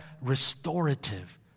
restorative